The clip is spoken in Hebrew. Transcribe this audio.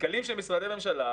מנכ"לים של משרדי ממשלה,